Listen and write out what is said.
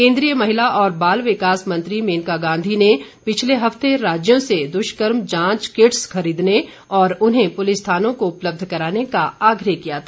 केन्द्रीय महिला और बाल विकास मंत्री मेनका गांधी ने पिछले हफ्ते राज्यों से दुष्कर्म जांच किट्स खरीदने और उन्हें पुलिस थानों को उपलब्ध कराने का आग्रह किया था